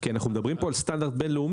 כי אנחנו מדברים פה על סטנדרט בינלאומי.